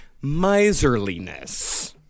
miserliness